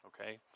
okay